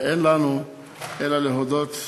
ואין לנו אלא להודות: